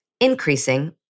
increasing